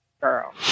girl